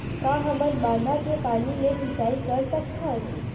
का हमन बांधा के पानी ले सिंचाई कर सकथन?